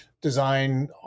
design